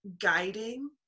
guiding